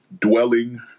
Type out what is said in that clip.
dwelling